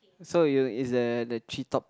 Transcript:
so you is the the three top